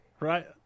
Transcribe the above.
Right